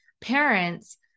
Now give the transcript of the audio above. parents